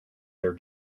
their